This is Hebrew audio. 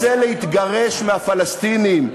רוצה להתגרש מהפלסטינים,